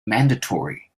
mandatory